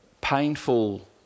painful